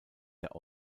der